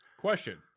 Question